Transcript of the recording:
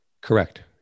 Correct